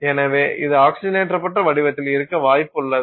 எனவே இது ஆக்ஸிஜனேற்றப்பட்ட வடிவத்தில் இருக்க வாய்ப்புள்ளது